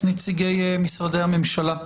נציגי משרדי הממשלה.